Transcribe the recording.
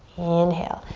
inhale,